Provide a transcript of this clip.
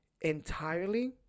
entirely